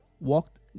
walked